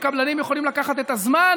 וקבלנים יכולים לקחת את הזמן